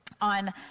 on